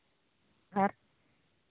ᱟᱨ